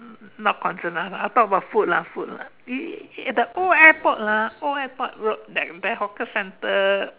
not concerned lah I talk about food lah food lah i~ i~ the old airport lah the old airport road that that hawker center